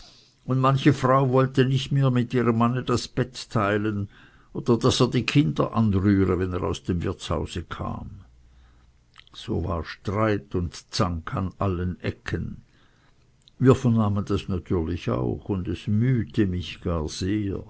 und manche frau wollte nicht mehr mit dem manne das bett teilen oder daß er die kinder anrühre wenn er aus dem wirtshause kam so war streit und zank an allen ecken wir vernahmen das natürlich auch und es mühte mich gar